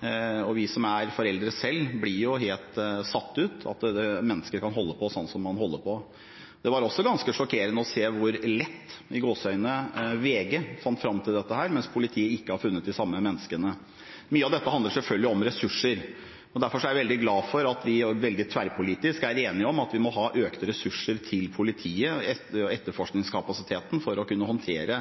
barn. Vi som er foreldre selv, blir jo helt satt ut av at mennesker kan holde på sånn som man holder på. Det var også ganske sjokkerende å se hvor «lett» VG kom fram til dette, mens politiet ikke har funnet de samme menneskene. Mye av dette handler selvfølgelig om ressurser. Derfor er jeg veldig glad for at vi tverrpolitisk er enige om at vi må ha økte ressurser til politiet og etterforskningskapasiteten for å kunne håndtere